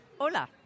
Hola